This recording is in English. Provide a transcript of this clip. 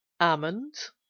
almonds